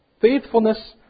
faithfulness